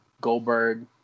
Goldberg